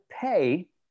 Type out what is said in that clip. pay